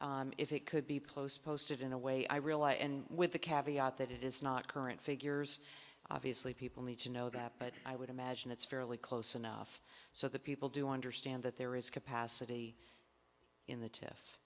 if it could be post posted in a way i realize and with the caviar that it is not current figures obviously people need to know that but i would imagine it's fairly close enough so that people do understand that there is capacity in the t